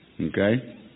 okay